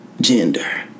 gender